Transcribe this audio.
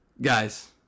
guys